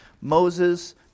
Moses